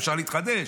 אפשר להתחדש.